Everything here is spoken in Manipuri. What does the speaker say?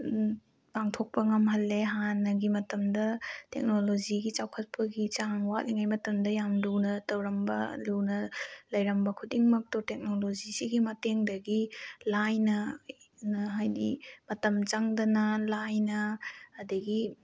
ꯄꯥꯡꯊꯣꯛꯄ ꯉꯝꯍꯜꯂꯦ ꯍꯥꯟꯅꯒꯤ ꯃꯇꯝꯗ ꯇꯦꯛꯅꯣꯂꯣꯖꯤꯒꯤ ꯆꯥꯎꯈꯠꯄꯒꯤ ꯆꯥꯡ ꯋꯥꯠꯂꯤꯉꯩ ꯃꯇꯝꯗ ꯌꯥꯝ ꯂꯨꯅ ꯇꯧꯔꯝꯕ ꯂꯨꯅ ꯂꯩꯔꯝꯕ ꯈꯨꯗꯤꯡꯃꯛꯇꯣ ꯇꯦꯛꯅꯣꯂꯣꯖꯤꯁꯤꯒꯤ ꯃꯇꯦꯡꯗꯒꯤ ꯂꯥꯏꯅ ꯍꯥꯏꯗꯤ ꯃꯇꯝ ꯆꯪꯗꯅ ꯂꯥꯏꯅ ꯑꯗꯒꯤ